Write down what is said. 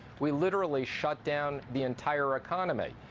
we literally shut down the entire economy.